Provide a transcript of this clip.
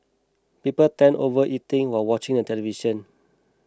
people tend overeating while watching a television